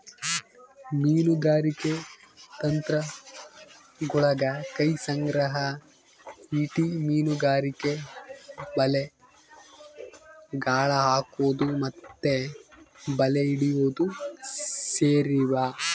ಮೀನುಗಾರಿಕೆ ತಂತ್ರಗುಳಗ ಕೈ ಸಂಗ್ರಹ, ಈಟಿ ಮೀನುಗಾರಿಕೆ, ಬಲೆ, ಗಾಳ ಹಾಕೊದು ಮತ್ತೆ ಬಲೆ ಹಿಡಿಯೊದು ಸೇರಿವ